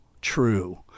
true